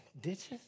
ditches